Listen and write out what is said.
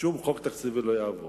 שום חוק תקציבי לא יעבור.